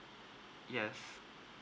yes